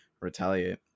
retaliate